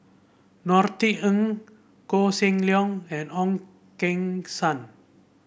Norothy Ng Koh Seng Leong and Ong Keng Sen